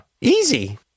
Easy